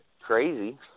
crazy